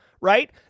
right